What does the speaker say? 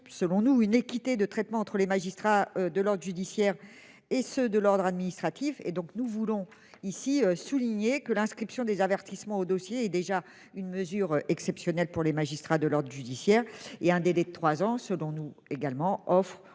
selon nous une équité de traitement entre les magistrats de l'ordre judiciaire et ceux de l'ordre administratif et donc nous voulons ici souligner que l'inscription des avertissements au dossier et déjà une mesure exceptionnelle pour les magistrats de l'ordre judiciaire et un délai de 3 ans selon nous également offre